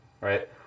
right